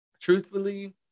truthfully